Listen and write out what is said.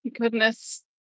Goodness